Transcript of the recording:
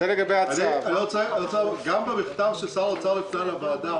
גם במכתב ששר האוצר הפנה לוועדה,